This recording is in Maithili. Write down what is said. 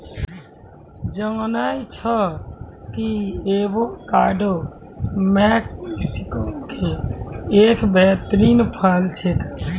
जानै छौ कि एवोकाडो मैक्सिको के एक बेहतरीन फल छेकै